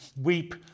weep